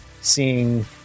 seeing